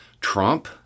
Trump